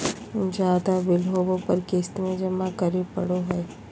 ज्यादा बिल होबो पर क़िस्त में जमा करे पड़ो हइ